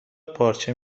پارچه